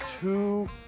two